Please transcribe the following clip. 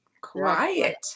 quiet